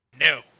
No